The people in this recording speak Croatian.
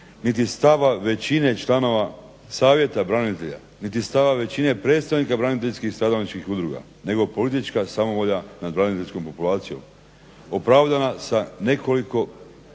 niti stava većine članova Savjeta branitelja, niti stava većine predstavnika braniteljskih i stradalničkih udruga, nego politička samovolja nad braniteljskom populacijom, opravdana sa nekoliko